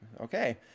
okay